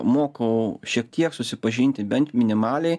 mokau šiek tiek susipažinti bent minimaliai